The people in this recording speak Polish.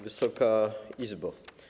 Wysoka Izbo!